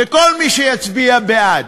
וכל מי שיצביע בעד,